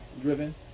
driven